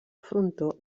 frontó